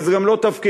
וזה גם לא תפקידה,